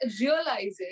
realizing